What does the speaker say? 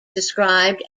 described